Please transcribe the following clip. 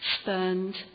spurned